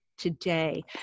today